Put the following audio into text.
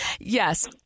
Yes